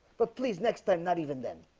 but please next time not even then